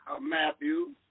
Matthew